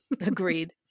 Agreed